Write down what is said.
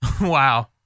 Wow